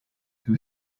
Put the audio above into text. who